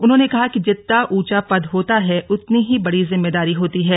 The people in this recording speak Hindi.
उन्होंने कहा कि जितना ऊंचा पद होता है उतनी ही बड़ी जिम्मेदारी होती है